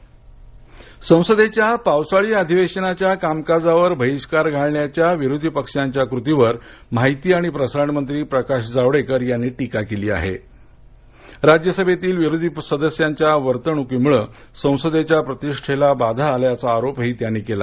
जावडेकर संसदेच्या पावसाळी अधिवेशनाच्या कामकाजावर बहिष्कार घालण्याच्या विरोधी पक्षांच्या कृतीवर माहिती आणि प्रसारण मंत्री प्रकाश जावडेकर यांनी टीका केली आहे राज्यसभेतील विरोधी सदस्यांच्या वर्तणुकीमूळ संसदेच्या प्रतीष्टेला बाधा आल्याचा आरोपही त्यांनी केला